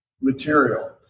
material